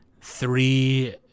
three